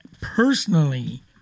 personally